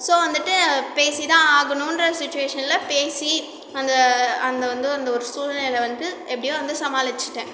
so வந்துவிட்டு பேசிதான் ஆகணும்ன்ற சுச்சிவேஷனில் பேசி அந்த அங்கே வந்து அந்த ஒரு சூழ்நிலை வந்து எப்படியோ வந்து சமாளிச்சுட்டேன்